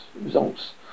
results